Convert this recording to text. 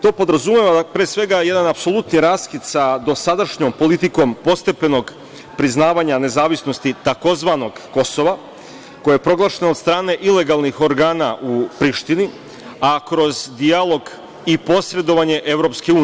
To podrazumeva, pre svega, jedan apsolutni raskid sa dosadašnjom politikom postepenog priznavanja nezavisnosti tzv. Kosova, koje je proglašeno od strane ilegalnih organa u Prištini, a kroz dijalog i posredovanje EU.